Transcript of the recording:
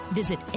visit